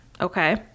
okay